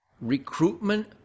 Recruitment